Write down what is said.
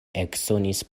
eksonis